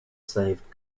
saved